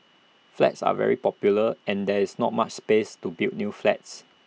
flats are very popular and there is not much space to build new flats